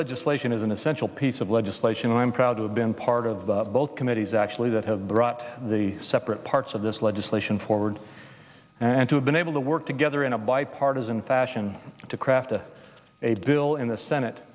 legislation is an essential piece of legislation and i'm proud to have been part of the both committees actually that have brought the separate parts of this legislation forward and to have been able to work together in a bipartisan fashion to craft a a bill in the senate